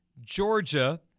Georgia